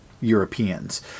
europeans